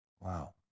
Wow